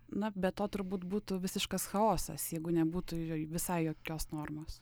na be to turbūt būtų visiškas chaosas jeigu nebūtų j visai jokios normos